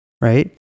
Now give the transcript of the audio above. right